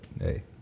hey